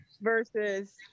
versus